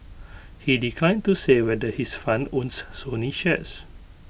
he declined to say whether his fund owns Sony shares